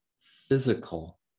physical